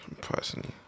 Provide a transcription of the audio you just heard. Personally